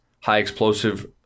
high-explosive